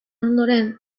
ondoren